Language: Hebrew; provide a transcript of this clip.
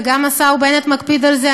וגם השר בנט מקפיד על זה,